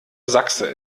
sachse